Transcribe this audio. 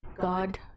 god